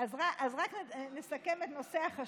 רק נסכם את נושא החשמל.